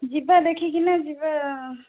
ଯିବା ଦେଖିକିନା ଯିବା